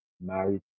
married